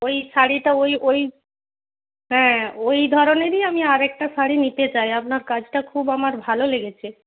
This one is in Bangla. ওই শাড়িটা ওই ওই হ্যাঁ ওই ধরনেরই আমি আরেকটা শাড়ি নিতে চাই আপনার কাজটা খুব আমার ভালো লেগেছে